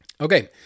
Okay